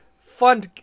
fun